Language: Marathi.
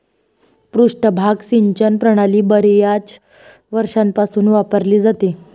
पृष्ठभाग सिंचन प्रणाली बर्याच वर्षांपासून वापरली जाते